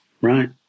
right